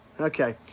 Okay